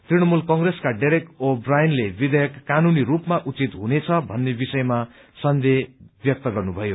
तृणमूल कंग्रेसका Derek O ब्रायनले विधेयक कानूनी रूपमा उचित हुनेछ भन्ने विषयमा सन्देह व्यक्त गर्नुभयो